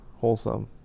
wholesome